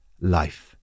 Life